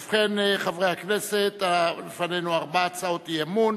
ובכן, חברי הכנסת, לפנינו ארבע הצעות אי-אמון.